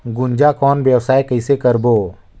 गुनजा कौन व्यवसाय कइसे करबो?